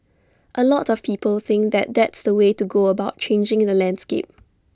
A lot of people think that that's the way to go about changing the landscape